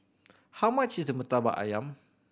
how much is Murtabak Ayam